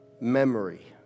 memory